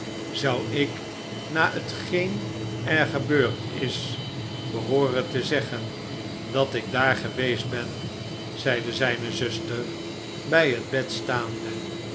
zou ik na hetgeen er gebeurd is behooren tezeggen dat ik daar geweest ben zeide zijne zuster bij het bed staande